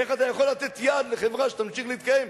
איך אתה יכול לתת יד לחברה שתמשיך להתקיים,